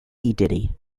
diddy